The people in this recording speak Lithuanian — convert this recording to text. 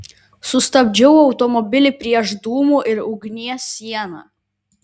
sustabdžiau automobilį prieš dūmų ir ugnies sieną